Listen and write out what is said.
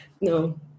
No